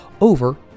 over